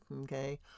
Okay